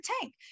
tank